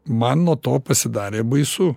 man nuo to pasidarė baisu